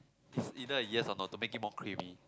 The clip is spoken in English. is either a yes or no to make it more creamy